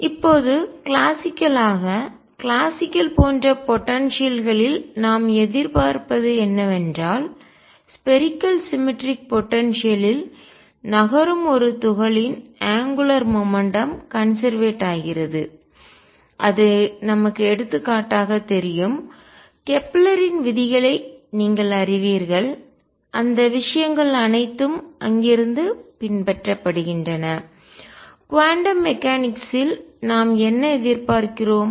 இப்போது கிளாசிக்கல் ஆக கிளாசிக்கல் போன்ற போடன்சியல் ஆற்றல் களில் நாம் எதிர்பார்ப்பது என்னவென்றால் ஸ்பேரிக்கல் சிமெட்ரிக் போடன்சியல்லில் கோள சமச்சீர் ஆற்றலில் நகரும் ஒரு துகளின் அங்குலார் மொமெண்ட்டம் கோண உந்தம் கன்செர்வேட் ஆகிறது இது நமக்கு எடுத்துக்காட்டாகத் தெரியும் கெப்லரின் விதிகளை நீங்கள் அறிவீர்கள் அந்த விஷயங்கள் அனைத்தும் அங்கிருந்து பின்பற்றப்படுகின்றன குவாண்டம் மெக்கானிக்ஸ் ல் நாம் என்ன எதிர்பார்க்கிறோம்